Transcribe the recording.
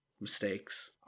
mistakes